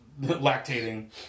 lactating